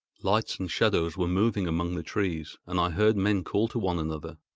lights and shadows were moving among the trees, and i heard men call to one another.